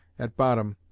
at bottom,